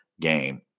game